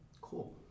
Cool